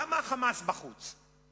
למה ה"חמאס" בחוץ,